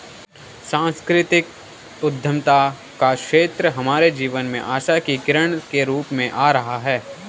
सांस्कृतिक उद्यमिता का क्षेत्र हमारे जीवन में आशा की किरण के रूप में आ रहा है